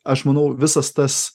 aš manau visas tas